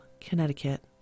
Connecticut